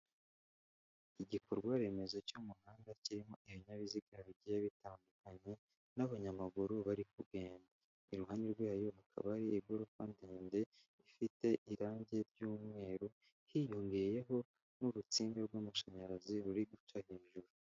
Igikorwaremezo cy'umuhanda kirimo ibinyabiziga bigiye bitandukanye n'abanyamaguru bari kugenda; iruhande rwayo hakaba ari igorofa ndende ifite irangi ry'umweru, hiyongeyeho n'urutsinga rw'amashanyarazi ruri guca hejuru.